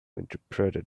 interpreted